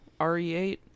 RE8